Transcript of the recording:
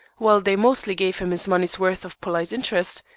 while they mostly gave him his money's worth of polite interest,